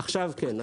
עכשיו כן,